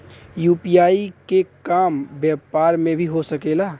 UPI के काम व्यापार में भी हो सके ला?